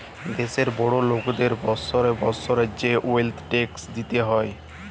দ্যাশের বড় লকদের বসরে বসরে যে ওয়েলথ ট্যাক্স দিতে হ্যয়